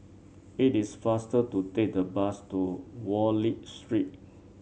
it is faster to take the bus to Wallich Street